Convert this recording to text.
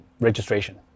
registration